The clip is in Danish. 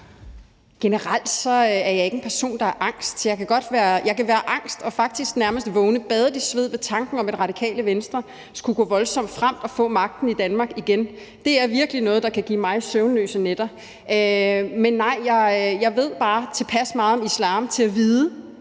Generelt er jeg ikke en person, der er angst. Jeg kan godt være angst og faktisk nærmest vågne badet i sved ved tanken om, at Radikale Venstre skulle gå voldsomt frem og få magten i Danmark igen. Det er virkelig noget, der kan give mig søvnløse nætter. Men nej, jeg ved bare tilpas meget om islam til at vide,